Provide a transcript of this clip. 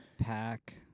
pack